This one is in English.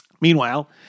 Meanwhile